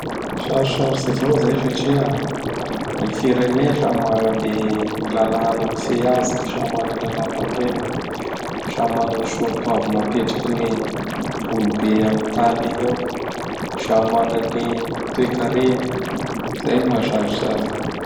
Sarotsarotsy avao izay satria gny firenea samy magna ny lalàna mifehy azy. Samy mana ny lalam-panorenany, samy manana ny Soatovina apetraky ny olobe amin'ny tany igny eo. Samy mana ny toe-kareany. Zay gny maha sarotsy azy.